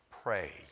Pray